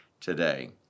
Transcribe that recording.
today